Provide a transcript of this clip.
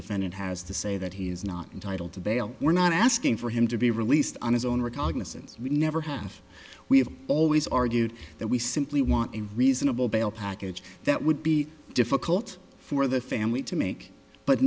defendant has to say that he is not entitled to bail we're not asking for him to be released on his own recognizance we never have we have always argued that we simply want a reasonable bail package that would be difficult for the family to make but